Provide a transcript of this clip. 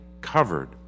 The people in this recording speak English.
covered